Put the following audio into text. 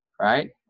right